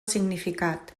significat